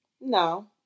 No